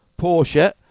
Porsche